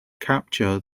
capture